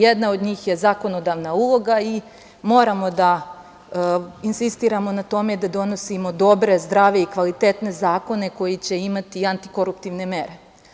Jedna od njih je zakonodavna uloga i moramo da insistiramo na tome da donosimo dobre, zdrave i kvalitetne zakone, koji će imati i antikoruptivne mere.